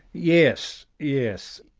yes, yes.